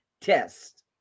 test